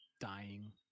dying